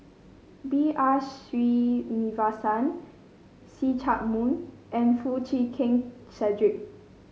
B R Sreenivasan See Chak Mun and Foo Chee Keng Cedric